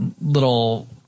little